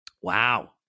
Wow